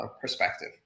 perspective